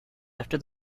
after